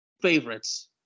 favorites